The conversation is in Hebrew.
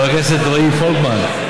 חבר הכנסת רועי פולקמן,